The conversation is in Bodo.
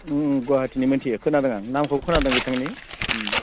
गुवाहाटिनि मानसिया खोनादों नामखौ खोनादों बिथांनि